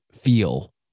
feel